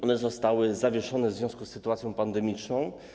One zostały zawieszone w związku z sytuacją pandemiczną.